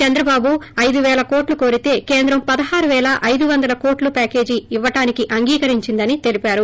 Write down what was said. చంద్రబాబు నాయుడు అయిదుపేల కోట్లు కోరితే కేంద్రం పదహారు పేల అయిదువందలు కోట్లు ప్యాకేజ్ ఇవ్వడానికి అంగీకరించిందని తెలిపారు